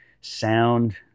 sound